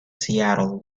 seattle